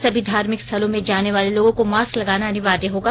सभी धार्मिक स्थलों में जाने वाले लोगों को मास्क लगाना अनिवार्य होगा